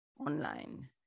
online